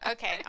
Okay